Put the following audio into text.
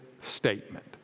statement